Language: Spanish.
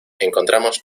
encontramos